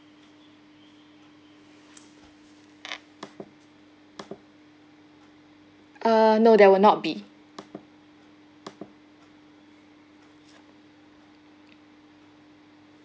uh no there will not be